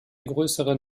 größere